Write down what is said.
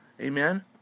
Amen